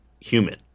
human